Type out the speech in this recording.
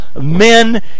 men